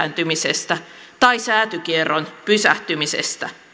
köyhyyden lisääntymisestä tai säätykierron pysähtymisestä